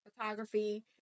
Photography